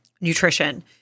nutrition